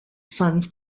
sons